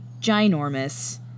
ginormous